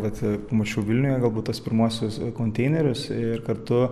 bet mačiau vilniuje galbūt tuos pirmuosius konteinerius ir kartu